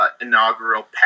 inaugural